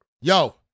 Yo